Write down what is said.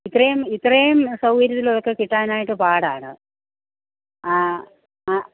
ഇത്രേം ഇത്രേം സൗകര്യമുള്ളതൊക്കെ കിട്ടാനായിട്ട് പാടാണ് ആ ആ